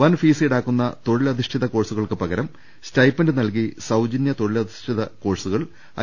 വൻ ഫീസീടാക്കുന്ന തൊഴിലധി ഷ്ഠിത കോഴ്സുകൾക്ക് പകരം സ്റ്റൈപ്പന്റ് നൽകി സൌജന്യ തൊഴിലധി ഷ്ഠിത കോഴ്സുകൾ ഐ